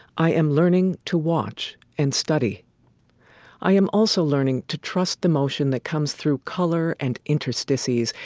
i am learning to watch and study i am also learning to trust the motion that comes through color and interstices,